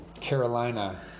Carolina